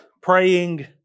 Praying